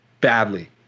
badly